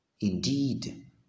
Indeed